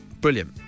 Brilliant